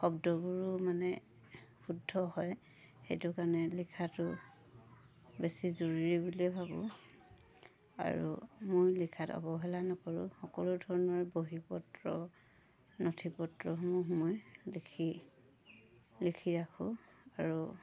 শব্দবোৰো মানে শুদ্ধ হয় সেইটো কাৰণে লিখাটো বেছি জৰুৰী বুলিয়েই ভাবোঁ আৰু মোৰ লিখাত অৱহেলা নকৰোঁ সকলো ধৰণৰ বহীপত্ৰ নথিপত্ৰসমূহ মই লিখি লিখি ৰাখোঁ আৰু